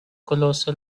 colossal